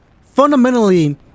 Fundamentally